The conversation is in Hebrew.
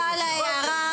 על ההערה.